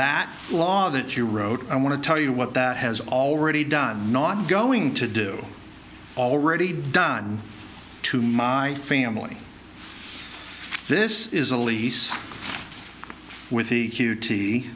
that law that you wrote i want to tell you what that has already done not going to do already done to my family this is a lease with